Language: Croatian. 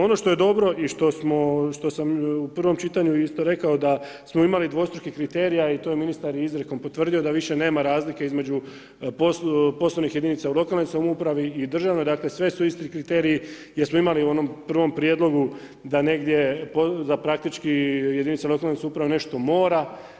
Ono što je je dobro i što smo, što sam u prvom čitanju isto rekao da smo imali dvostrukih kriterija i to je ministar i izrijekom potvrdio da više nema razlike između poslovnih jedinica u lokalnoj samoupravi i državnoj, dakle sve su isti kriteriji jer smo imali u onom prvom prijedlogu da negdje, da praktički jedinice lokalne samouprave nešto mora.